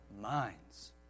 minds